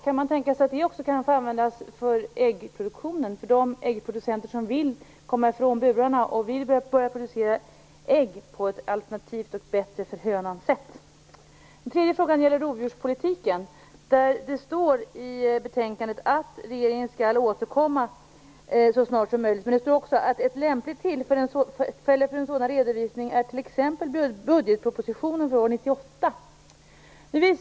Kan man tänka sig att det också kan få användas för äggproduktionen, för de äggproducenter som vill komma ifrån burarna och börja producera ägg på ett alternativt och för hönan bättre sätt? Min tredje fråga gäller rovdjurspolitiken. Det står i betänkandet att regeringen skall återkomma så snart som möjligt. Det står också att ett lämpligt tillfälle för en sådan redovisning är t.ex. budgetpropositionen för år 1998.